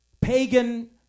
pagan